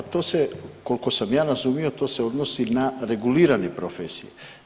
A to se, koliko sam ja razumio, to se odnosi na regulirane profesije.